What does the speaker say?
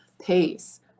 pace